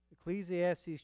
Ecclesiastes